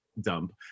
Dump